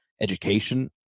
education